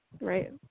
Right